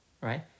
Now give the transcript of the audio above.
Right